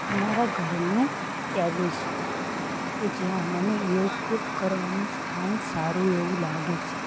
અમારા ઘરનું ટેરિસ કે જ્યાં મને યોગ કરવાનું સ્થાન સારું એવું લાગે છે